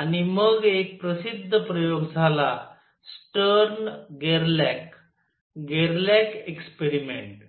आणि मग एक प्रसिद्ध प्रयोग झाला स्टर्न गेर्लक गेर्लक एक्सपेरिमेंट